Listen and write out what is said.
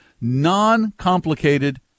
non-complicated